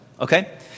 okay